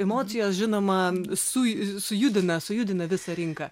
emocijos žinoma su sujudina sujudina visą rinką